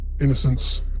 innocence